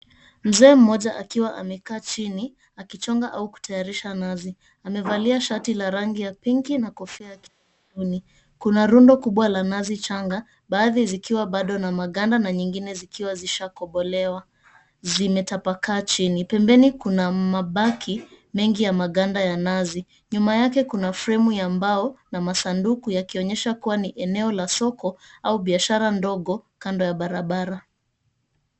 Mzee mmoja akiwa amekaa chini, akichonga au kutayarisha nazi, amevalia shati la rangi ya pinki na kofia. Kuna rondo kubwa la nazi changa, baadhi zikiwa bado na maganda na nyingine zikiwa zishakobolewa zimetapakaa chini. Pembeni kuna mabaki mengi ya maganda ya nazi. Nyuma yake kuna fremu ya mbao na masanduku yakionyesha kuwa ni eneo la soko au biashara ndogo kando ya barabara.